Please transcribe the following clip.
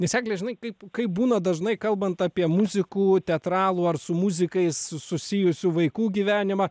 nes egle žinai kaip kaip būna dažnai kalbant apie muzikų teatralų ar su muzikais susijusių vaikų gyvenimą